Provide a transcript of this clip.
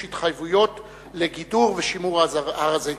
התחייבויות לגידור ושימור של הר-הזיתים.